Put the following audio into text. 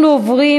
עשרה חברי